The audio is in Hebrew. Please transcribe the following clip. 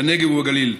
בנגב ובגליל.